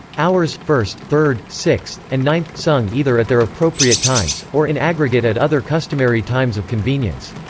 hours first, third, sixth, and ninth sung either at their appropriate times, or in aggregate at other customary times of convenience.